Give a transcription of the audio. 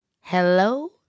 Hello